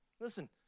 Listen